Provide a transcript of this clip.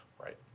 right